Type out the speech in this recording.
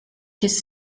his